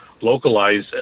localize